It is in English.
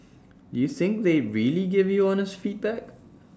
do you think they'd really give you honest feedback